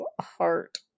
heart